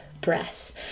breath